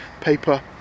paper